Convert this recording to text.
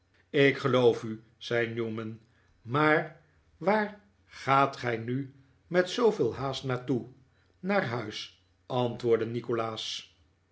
ik geloof u zei newman maar waar gaat gij nu met zooveel haast naar toe naar huis antwoordde nikolaas